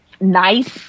nice